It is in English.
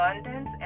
abundance